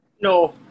no